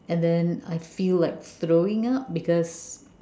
and then I feel like throwing up because